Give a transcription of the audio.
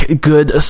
good